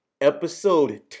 episode